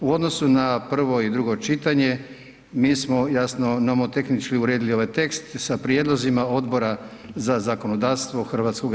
U odnosu na prvo i drugo čitanje mi smo jasno nomotehnički uredili ovaj tekst sa prijedlozima Odbora za zakonodavstvo HS.